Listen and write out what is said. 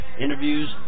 Interviews